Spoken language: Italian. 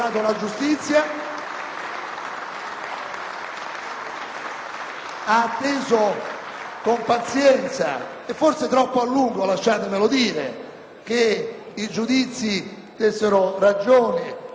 ha atteso con pazienza e forse troppo a lungo - lasciatemelo dire - che i giudizi dessero ragione alla sua perseveranza.